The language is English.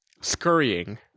scurrying